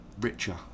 Richer